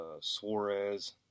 Suarez